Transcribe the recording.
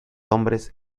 hombres